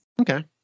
Okay